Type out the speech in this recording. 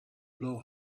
blow